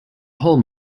hole